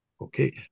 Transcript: okay